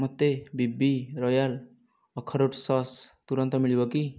ମୋତେ ବି ବି ରୟାଲ୍ ଅଖରୋଟ୍ ସସ୍ ତୁରନ୍ତ ମିଳିବ କି